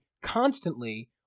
constantly